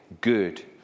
good